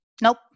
Nope